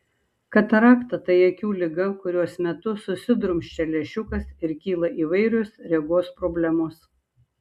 katarakta tai akių liga kurios metu susidrumsčia lęšiukas ir kyla įvairios regos problemos